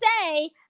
say